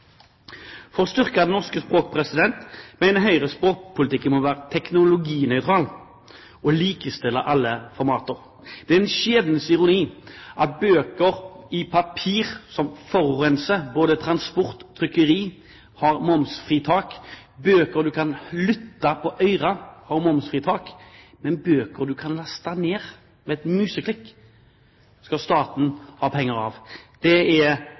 For å styrke det norske språk mener Høyre at språkpolitikken må være teknologinøytral og likestille alle formater. Det er en skjebnens ironi at bøker på papir som forurenser – både gjennom transport og trykkeri – har momsfritak, og bøker man kan lytte til på øret, har momsfritak, mens staten skal ha penger for bøker man kan laste ned med et museklikk.